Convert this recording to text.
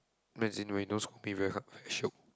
as in when you no school very hard very shiok